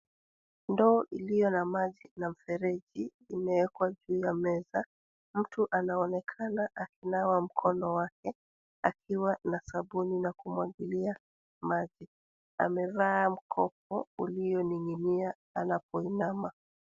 Ndoo iliyo na maji na mfereji imewekwa juu ya meza. Mtu anaonekana akinawa mkono wake, akiwa na sabuni na kumwagilia maji. Amevaa mkufu ulioning'inia anapoinama.